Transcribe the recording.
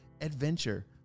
adventure